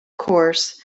course